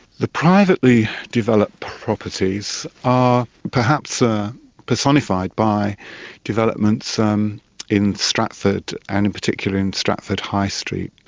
the privately developed properties are perhaps ah personified by developments um in stratford and, in particular, in stratford high street.